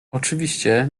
oczywiście